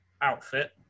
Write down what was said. outfit